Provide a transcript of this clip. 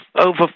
over